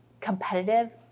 competitive